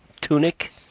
tunic